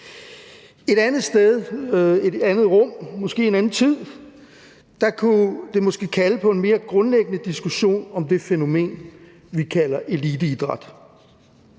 Et andet sted, i et andet rum, måske i en anden tid kunne det måske kalde på en mere grundlæggende diskussion om det fænomen, vi kalder eliteidræt